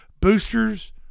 boosters